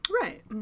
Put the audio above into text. Right